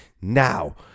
now